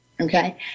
okay